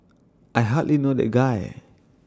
I hardly know that guy